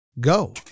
Go